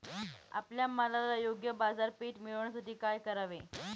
आपल्या मालाला योग्य बाजारपेठ मिळण्यासाठी काय करावे?